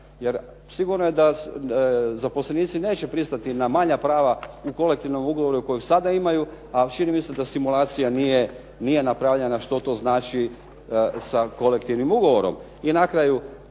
Jer sigurno je da zaposlenici neće pristati na manja prava u kolektivnom ugovoru kojeg sada imaju, a čini mi se da simulacija nije napravljena što to znači sa kolektivnim ugovorom.